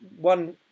one